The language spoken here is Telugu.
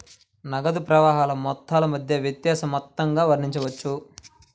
నగదు ప్రవాహాల మొత్తాల మధ్య వ్యత్యాస మొత్తంగా వర్ణించవచ్చు